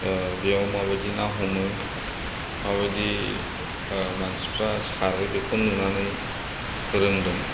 बेयाव मा बायदि ना हमो माबायदि मानसिफोरा सारो बेखौ नुनानै रोंदों